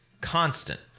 Constant